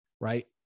right